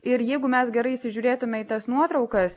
ir jeigu mes gerai įsižiūrėtume į tas nuotraukas